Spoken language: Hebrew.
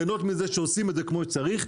ליהנות מזה שעושים את זה כמו שצריך,